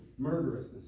murderousness